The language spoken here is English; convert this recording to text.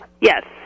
Yes